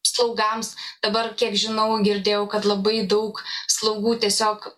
slaugams dabar kiek žinau girdėjau kad labai daug slaugų tiesiog